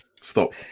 Stop